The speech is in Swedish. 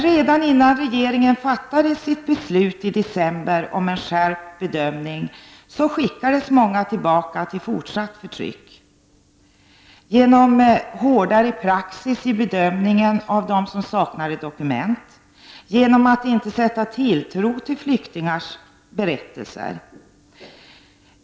Redan innan regeringen fattade sitt beslut i december om en skärpt bedömning skickades många tillbaka till fortsatt förtryck genom hårdare praxis i bedömningen av dem som saknar dokument, genom att inte sätta tilltro till flyktingarnas berättelser.